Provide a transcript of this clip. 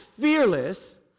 fearless